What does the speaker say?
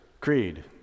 Creed